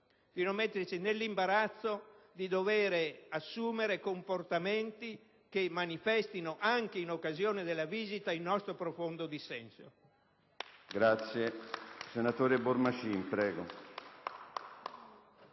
non metterci nell'imbarazzo di dover assumere comportamenti che manifestino, anche in occasione della visita del leader libico, il nostro profondo dissenso.